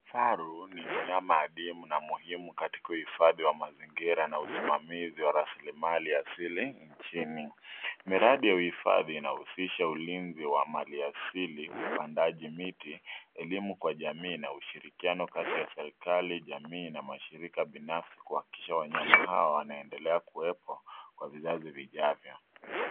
Kifaru, ni mnyama aliye na muhimu katika wa uhifadhi wa mazingira na usimamizi wa rasilimali asili nchini. Miradi ya uhifadhi inayohusisha ulinzi wa mali asili, upandaji miti, elimu kwa jamii, na ushirikiano kati ya serikali, jamii na mashirika binafsi kuhakikisha wanyama hao wameendelea kuwepo, kwa vizazi vijaao.